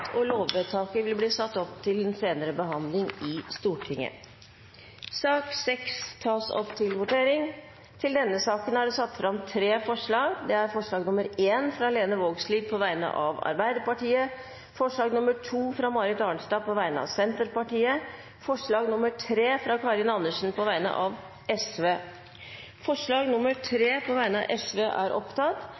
helhet. Lovvedtaket vil bli satt opp til andre gangs behandling i et senere møte i Stortinget. Under debatten er det satt fram tre forslag. Det er forslag nr. 1, fra Lene Vågslid på vegne av Arbeiderpartiet forslag nr. 2, fra Marit Arnstad på vegne av Senterpartiet forslag nr. 3, fra Karin Andersen på vegne av Sosialistisk Venstreparti Det voteres over forslag